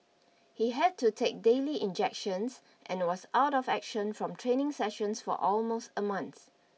he had to take daily injections and was out of action from training sessions for almost a month